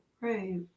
Right